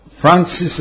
Francis